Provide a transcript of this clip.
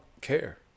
care